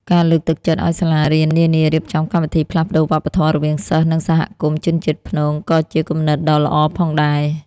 ការលើកទឹកចិត្តឱ្យសាលារៀននានារៀបចំកម្មវិធីផ្លាស់ប្តូរវប្បធម៌រវាងសិស្សនិងសហគមន៍ជនជាតិព្នងក៏ជាគំនិតដ៏ល្អផងដែរ។